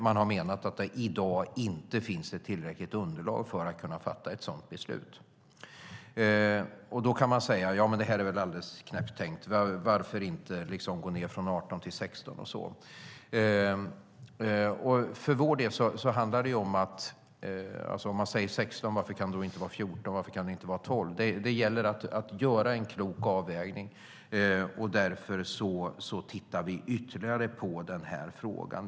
Man har menat att det i dag inte finns tillräckligt underlag för att kunna fatta ett sådant beslut. Man kan naturligtvis säga: Det är ju helt knäppt. Varför kan man inte gå ned från 18 år till 16? För vår del gäller det att göra en klok avvägning. Om man säger 16, varför kan det då inte vara 14 eller 12? Vi tittar ytterligare på den här frågan.